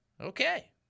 Okay